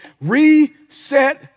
Reset